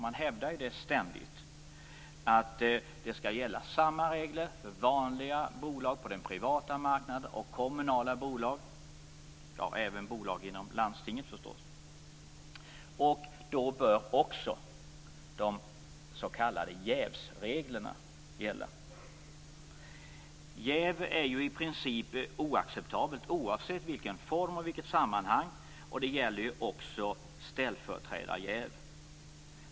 Man hävdar ju ständigt att samma regler bör gälla för vanliga bolag på den privata marknaden, kommunala bolag och även bolag inom landstingen. Då bör också de s.k. jävsreglerna gälla. Jäv är i princip oacceptabelt oavsett form och sammanhang. Det gäller också ställföreträdarjäv.